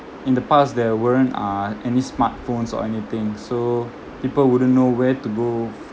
in the past there weren't ah any smartphones or anything so people wouldn't know where to go